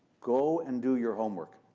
go and do your homework.